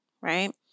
Right